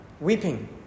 weeping